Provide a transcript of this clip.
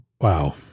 Wow